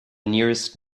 nearest